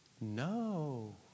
No